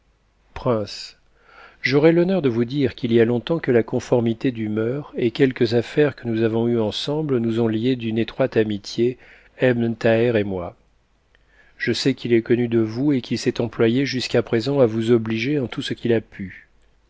prince j'aurai l'honneur de vous dire qu'il y a longtemps que la conformité d'humeur et quelques affaires'que nous avons eues ensemble nous ont liés d'une étroite amitié ebn thaher et moi je sais qu'il est connu de vous et qu'il s'est employé jusqu'à présent à vous obliger en tout ce qu'il a pu